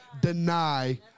deny